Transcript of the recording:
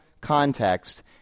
context